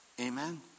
Amen